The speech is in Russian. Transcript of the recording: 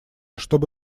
чтобы